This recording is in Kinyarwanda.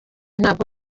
ntabwo